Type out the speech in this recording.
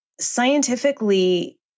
scientifically